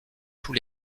tous